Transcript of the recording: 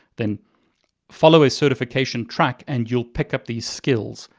then follow a certification track, and you'll pick up these skills.